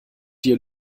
dir